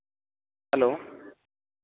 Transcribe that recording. hello